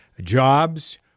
jobs